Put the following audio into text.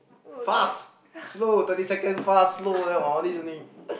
fast slow thirty second fast slow all these only